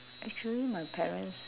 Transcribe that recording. actually my parents